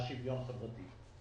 למשרד לשוויון חברתי.